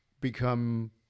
become